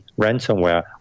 ransomware